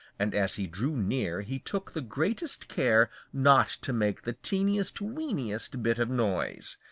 and as he drew near he took the greatest care not to make the teeniest, weeniest bit of noise.